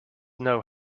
know